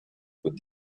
côte